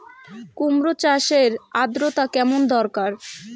কুমড়ো চাষের আর্দ্রতা কেমন দরকার?